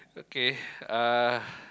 okay uh